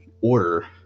order